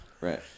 Right